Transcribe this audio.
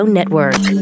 Network